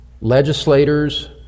legislators